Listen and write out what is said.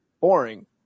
boring